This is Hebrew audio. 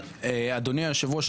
אדוני היושב ראש,